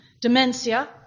dementia